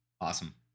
Awesome